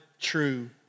true